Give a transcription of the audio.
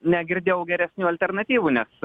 negirdėjau geresnių alternatyvų nes